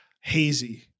hazy